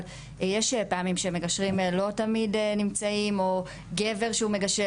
יש פעמים שמגשרים לא תמיד נמצאים או גבר שהוא מגשר